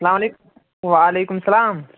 السلام علَے وعلیکُم السلام